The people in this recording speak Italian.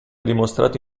dimostrato